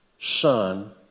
son